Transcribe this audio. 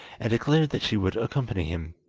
and declared that she would accompany him.